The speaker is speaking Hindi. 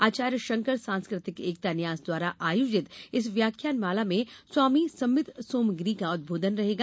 आचार्य शंकर सांस्कृतिक एकता न्यास द्वारा आयोजित इस व्याख्यान माला में स्वामी सम्वित सोमगिरी का उदबोधन रहेगा